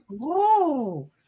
Whoa